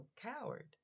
coward